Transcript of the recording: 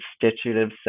constitutive